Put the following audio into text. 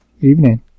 evening